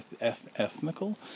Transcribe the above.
ethnical